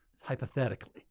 hypothetically